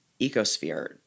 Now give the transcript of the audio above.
ecosphere